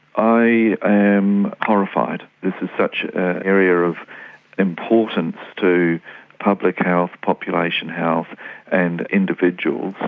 i am horrified. this is such area of importance to public health, population health and individuals.